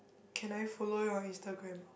can I follow your instagram